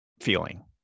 feeling